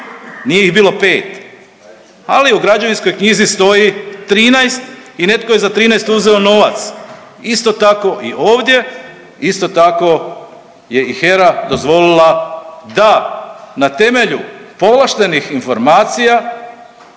Nije ih bilo 5, ali u građevinskoj knjizi stoji 13 i netko je za 13 uzeo novac. Isto tako i ovdje, isto tako je i HERA dozvolila da na temelju povlaštenih informacija,